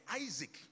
Isaac